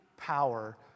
power